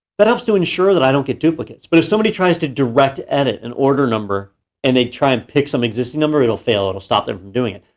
that helps to ensure that i don't get duplicates. but if somebody tries to direct edit an order number and they try and pick some existing number, it'll fail, it'll stop them from doing it.